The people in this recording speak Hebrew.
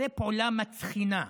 זו פעולה מצחינה.